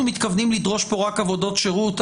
אנחנו מתכוונים לדרוש פה רק עבודות שירות?